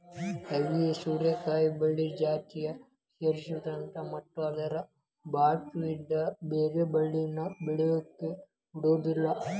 ಐವಿ ಸೋರೆಕಾಯಿ ಬಳ್ಳಿ ಜಾತಿಯ ಸೇರೈತಿ ಮತ್ತ ಅದ್ರ ಬಾಚು ಇದ್ದ ಬ್ಯಾರೆ ಬಳ್ಳಿನ ಬೆಳ್ಯಾಕ ಬಿಡುದಿಲ್ಲಾ